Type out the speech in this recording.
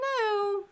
no